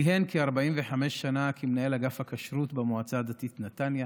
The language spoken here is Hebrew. כיהן כ-45 שנה כמנהל אגף הכשרות במועצה הדתית נתניה